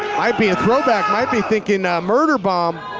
might be a throw back, might be thinking murder bomb!